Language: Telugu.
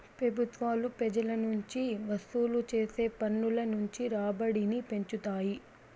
పెబుత్వాలు పెజల నుంచి వసూలు చేసే పన్నుల నుంచి రాబడిని పెంచుతాయి